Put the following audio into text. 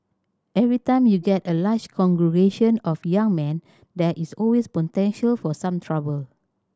every time you get a large congregation of young men there is always potential for some trouble